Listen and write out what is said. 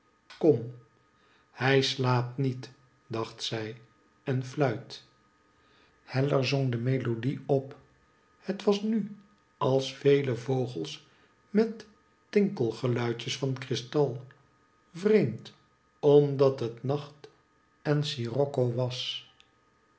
kom hij slaapt niet dacht zij en fluit heller zong de melodie op het was nu als vele vogels met tinkelgeluidjes van kristal vreemd omdat het nacht en scirocco was